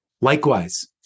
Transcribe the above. Likewise